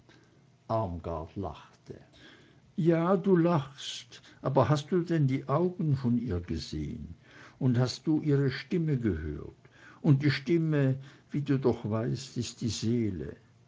lachte ja du lachst aber hast du denn die augen von ihr gesehn und hast du ihre stimme gehört und die stimme wie du doch weißt ist die seele